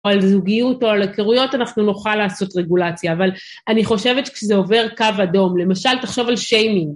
או על זוגיות או על הכרויות, אנחנו נוכל לעשות רגולציה, אבל אני חושבת שכשזה עובר קו אדום, למשל תחשוב על שיימינג.